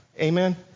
amen